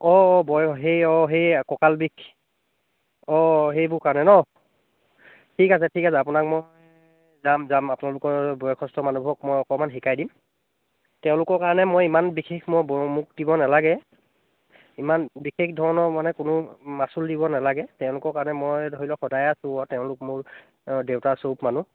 অঁ অঁ বয় সেই অঁ সেই কঁকাল বিষ অঁ সেইবোৰ কাৰণে নহ্ ঠিক আছে ঠিক আছে আপোনাক মই যাম যাম আপোনালোকৰ বয়সস্থ মানুহবোৰক মই অকণমান শিকাই দিম তেওঁলোকৰ কাৰণে মই ইমান বিশেষ মই ব মোক দিব নালাগে ইমান বিশেষ ধৰণৰ মানে কোনো মাচুল দিব নালাগে তেওঁলোকৰ কাৰণে মই ধৰি লওক সদায় আছোঁ আৰু তেওঁলোক মোৰ দেউতা স্বৰূপ মানুহ